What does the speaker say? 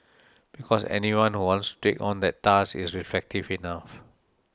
because anyone who wants to take on that task is reflective enough